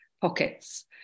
pockets